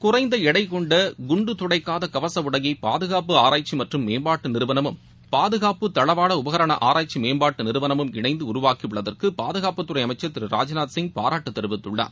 குறைந்த எடை கொண்ட குன்டு துளைக்காத கவச உடையை பாதுகாப்பு ஆராய்ச்சி மற்றும் மேம்பாட்டு நிறுவனமும் பாதுனப்பு தளவாட உபகரண ஆராய்ச்சி மேம்பாட்டு நிறுவனமும் இணைந்து உருவாக்கி உள்ளதற்கு பாதுகாப்புத் துறை அமைச்சர் திரு ராஜ்நாத் சிங் பாராட்டு தெரிவித்துள்ளார்